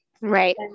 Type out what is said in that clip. right